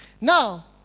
Now